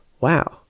wow